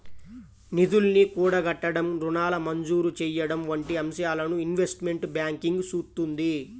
నిధుల్ని కూడగట్టడం, రుణాల మంజూరు చెయ్యడం వంటి అంశాలను ఇన్వెస్ట్మెంట్ బ్యాంకింగ్ చూత్తుంది